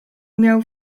miał